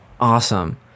Awesome